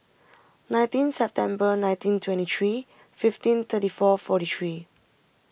nineteen September nineteen twenty three fifteen thirty four forty three